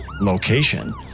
location